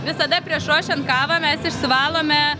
visada prieš ruošiant kavą mes išsivalome